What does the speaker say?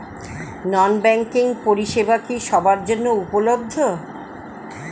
নন banking পরিষেবা কি সবার জন্য উপলব্ধ?